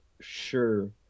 sure